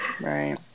Right